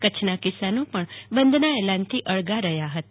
કચ્છના કિસાનો પણ બંધના એલાનથી અળગા રહ્યા હતા